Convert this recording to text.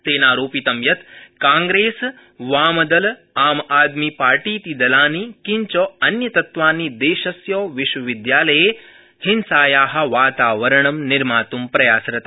तेनारोपितं यत् कांग्रेस वामदल आम आदमी पार्टीति दलानि किञ्च अन्यतत्वानि देशस्य अस्य विश्वविद्यालये हिंसाया वातावरणं निर्मात् प्रयासरता